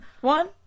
One